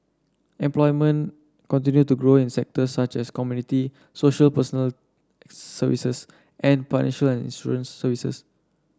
employment continued to grow in sectors such as community social personal services and financial and insurance services